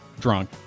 drunk